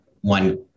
one